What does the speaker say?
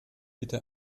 bitte